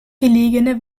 gelegene